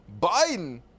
Biden